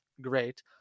great